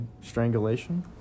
strangulation